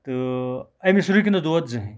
تہٕ أمِس رُکہِ نہٕ دۄد زٕہٕنۍ